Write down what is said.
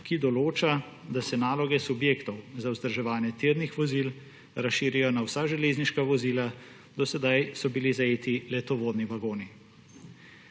ki določa, da se naloge subjektov za vzdrževanje tirnih vozil razširijo na vsa železniška vozila, do sedaj so bili zajeti le tovorni vagoni.